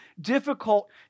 difficult